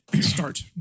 start